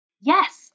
Yes